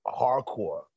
hardcore